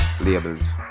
labels